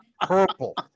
purple